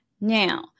Now